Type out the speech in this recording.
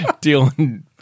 dealing